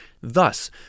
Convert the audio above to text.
Thus